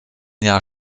jahr